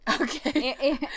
okay